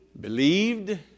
Believed